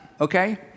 okay